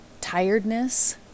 tiredness